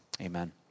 Amen